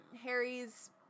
Harry's